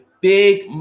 big